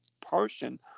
portion